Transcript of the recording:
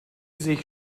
sich